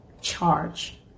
Charge